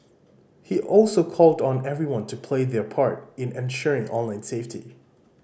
he also called on everyone to play their part in ensuring online safety